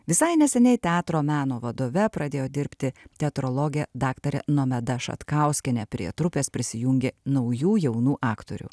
visai neseniai teatro meno vadove pradėjo dirbti teatrologė daktarė nomeda šatkauskienė prie trupės prisijungė naujų jaunų aktorių